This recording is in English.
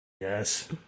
Yes